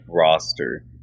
roster